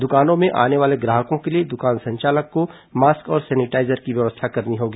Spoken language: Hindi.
दुकानों में आने वाले ग्राहकों के लिए दुकान संचालक को मास्क और सेनिटाईजर की व्यवस्था करनी होगी